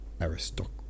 aristoc